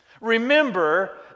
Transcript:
Remember